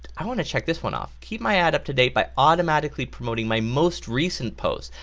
i want to check this one off, keep my ad up to date by automatically promoting my most recent post.